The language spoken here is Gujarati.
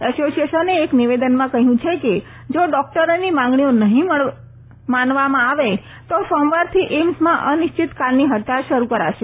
એસોસીએશને એક નિવેદનમાં કહયું છે કે જો ડોકટરોની માંગણીઓ નહી માનવામાં આવે તો સોમવારથી એઈમ્સમાં અનિશ્ચિતકાળની હડતાળ શરૂ કરાશે